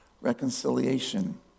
reconciliation